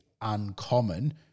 uncommon